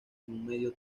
medio